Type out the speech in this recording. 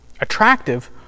Attractive